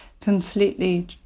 completely